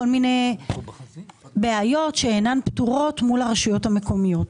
מיני בעיות שאינן פתורות מול הרשויות המקומיות.